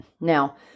Now